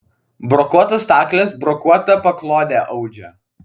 brokuotos staklės brokuotą paklodę audžia